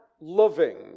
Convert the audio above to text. loving